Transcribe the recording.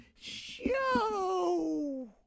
Show